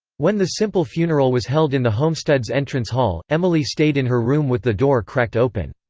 when the simple funeral was held in the homestead's entrance hall, emily stayed in her room with the door cracked open.